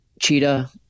Cheetah